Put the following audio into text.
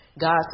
God